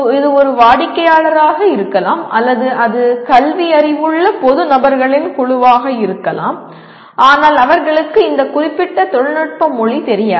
இது ஒரு வாடிக்கையாளராக இருக்கலாம் அல்லது அது கல்வியறிவுள்ள பொது நபர்களின் குழுவாக இருக்கலாம் ஆனால் அவர்களுக்கு இந்த குறிப்பிட்ட தொழில்நுட்ப மொழி தெரியாது